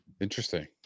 Interesting